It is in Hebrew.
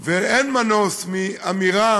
ואין מנוס מאמירה